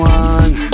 one